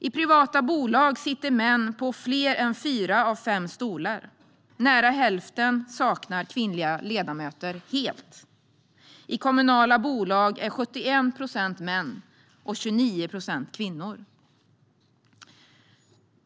I privata bolag sitter män på fler än fyra av fem stolar. Nära hälften saknar kvinnliga ledamöter helt. I kommunala bolag är 71 procent män och 29 procent kvinnor.